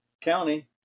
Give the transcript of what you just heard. county